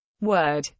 word